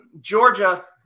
georgia